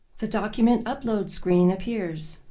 the document upload screen appears.